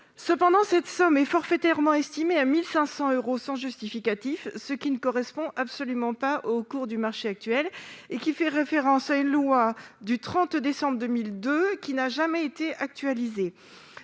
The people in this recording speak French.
Cependant, cette somme est forfaitairement estimée à 1 500 euros sans justificatifs, ce qui ne correspond absolument pas au cours du marché actuel, puisqu'elle fait référence à une loi du 30 décembre 2002, qui n'a jamais été actualisée.